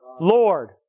Lord